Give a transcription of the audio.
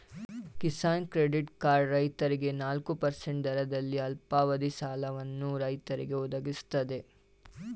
Kisan credit card ರೈತರಿಗೆ ನಾಲ್ಕು percent ದರದಲ್ಲಿ ಅಲ್ಪಾವಧಿ ಸಾಲವನ್ನು ರೈತರಿಗೆ ಒದಗಿಸ್ತದೆ